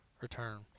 return